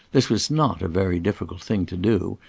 this was not a very difficult thing to do,